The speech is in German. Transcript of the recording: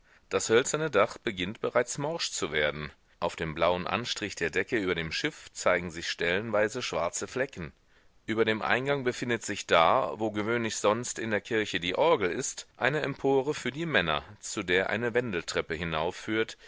das hölzerne dach beginnt bereits morsch zu werden auf dem blauen anstrich der decke über dem schiff zeigen sich stellenweise schwarze flecken über dem eingang befindet sich da wo gewöhnlich sonst in der kirche die orgel ist eine empore für die männer zu der eine wendeltreppe hinaufführt